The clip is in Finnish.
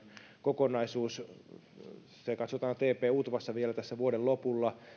kokonaisuus se katsotaan tp utvassa vielä tässä vuoden lopulla